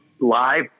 live